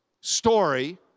story